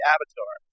Avatar